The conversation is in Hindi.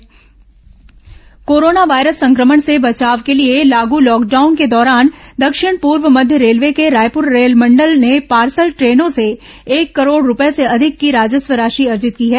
railway parcel train corona virus संक्रमण से बचाव के लिए लागू लॉकडाउन के दौरान दक्षिण पूर्व मध्य रेलवे के रायपुर रेलमंडल ने पार्सल टेनों से एक करोड रूपये से अधिक की राजस्व राशि अर्जित की है